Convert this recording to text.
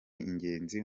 ingenzi